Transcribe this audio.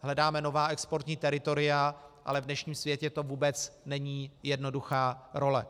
Hledáme nová exportní teritoria, ale v dnešním světě to vůbec není jednoduchá role.